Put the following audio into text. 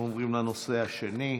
אנחנו עוברים לנושא השני,